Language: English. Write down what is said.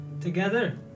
Together